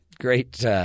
great